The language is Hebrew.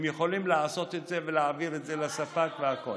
הם יכולים לעשות את זה ולהעביר את זה לספק והכול.